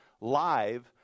live